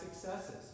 successes